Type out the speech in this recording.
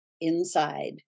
inside